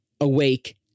awake